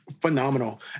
Phenomenal